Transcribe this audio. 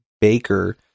Baker